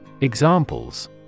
Examples